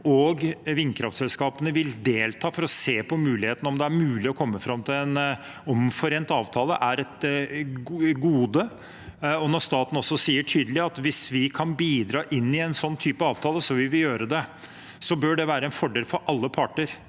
og vindkraftselskapene vil delta for å se på mulighetene for å komme fram til en omforent avtale, er et gode. Når staten også sier tydelig at hvis vi kan bidra inn i en sånn type avtale, vi vil gjøre det, bør det være en fordel for alle parter.